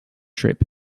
trip